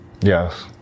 yes